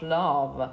love